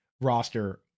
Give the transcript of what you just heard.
roster